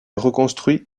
reconstruit